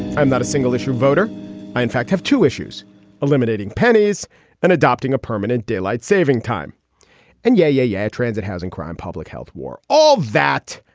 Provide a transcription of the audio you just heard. i'm not a single issue voter i, in fact, have two issues eliminating pennies and adopting a permanent daylight saving time and. yeah. yeah, yeah. transit, housing, crime, public health, war, all of that.